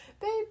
Baby